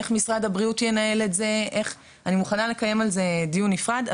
איך משרד הבריאות ינהל את זה אני מוכנה לקיים על זה דיון נפרד,